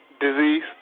Disease